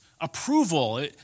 approval